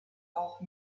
auch